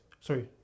sorry